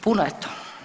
Puno je to.